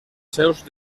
seus